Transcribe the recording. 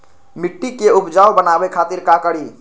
मिट्टी के उपजाऊ बनावे खातिर का करी?